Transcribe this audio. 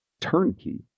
turnkey